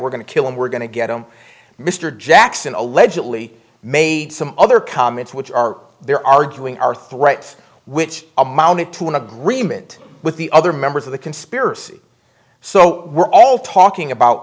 we're going to kill him we're going to get him mr jackson allegedly made some other comments which are there arguing are threats which amounted to an agreement with the other members of the conspiracy so we're all talking about